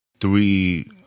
Three